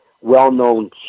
well-known